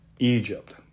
Egypt